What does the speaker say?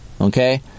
okay